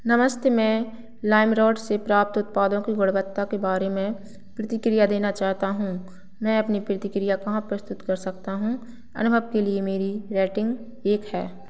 नमस्ते मैं लाइमरोड से प्राप्त उत्पादों की गुणवत्ता के बारे में प्रतिक्रिया देना चाहता हूँ मैं अपनी प्रतिक्रिया कहाँ प्रस्तुत कर सकता हूँ अनुभव के लिए मेरी रेटिन्ग एक है